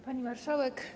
Pani Marszałek!